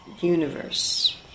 universe